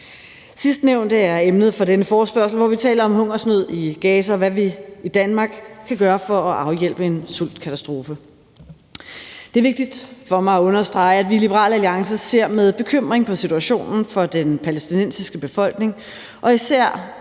Sidstnævnte er emnet for denne forespørgsel, hvor vi taler om hungersnød i Gaza, og hvad vi i Danmark kan gøre for at afhjælpe en sultkatastrofe. Det er vigtigt for mig at understrege, at vi i Liberal Alliance ser med bekymring på situationen for den palæstinensiske befolkning, og især